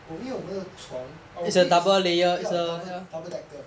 oh 因为我们的床 our bed is ya a doub~ double-decker